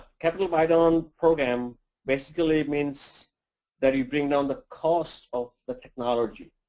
capital buy-down program basically means that you bring down the cost of the technology.